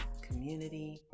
community